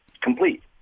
Complete